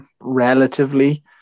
relatively